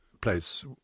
place